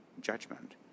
judgment